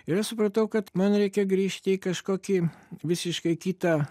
ir aš supratau kad man reikia grįžti į kažkokį visiškai kitą